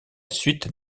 suite